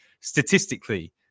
Statistically